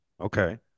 Okay